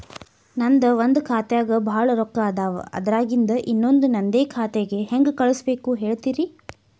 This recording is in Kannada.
ನನ್ ಒಂದ್ ಖಾತ್ಯಾಗ್ ಭಾಳ್ ರೊಕ್ಕ ಅದಾವ, ಅದ್ರಾಗಿಂದ ಇನ್ನೊಂದ್ ನಂದೇ ಖಾತೆಗೆ ಹೆಂಗ್ ಕಳ್ಸ್ ಬೇಕು ಹೇಳ್ತೇರಿ?